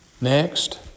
Next